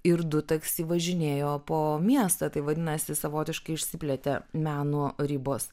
ir du taksi važinėjo po miestą tai vadinasi savotiškai išsiplėtė meno ribos